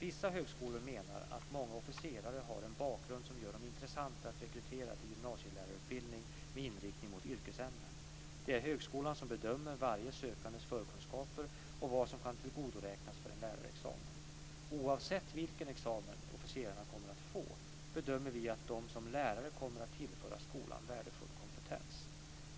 Vissa högskolor menar att många officerare har en bakgrund som gör dem intressanta att rekrytera till gymnasielärarutbildning med inriktning mot yrkesämnen. Det är högskolan som bedömer varje sökandes förkunskaper och vad som kan tillgodoräknas för en lärarexamen. Oavsett vilken examen officerarna kommer att få bedömer vi att de som lärare kommer att tillföra skolan värdefull kompetens.